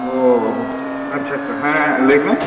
ᱚᱸᱻ ᱟᱪᱪᱷᱟ ᱟᱪᱪᱷᱟ ᱦᱮᱸ ᱞᱟ ᱭᱢᱮ